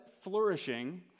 flourishing